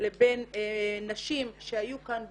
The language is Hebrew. לבין נשים שהיו כאן במעמד.